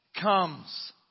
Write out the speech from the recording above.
comes